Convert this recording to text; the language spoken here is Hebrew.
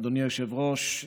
אדוני היושב-ראש,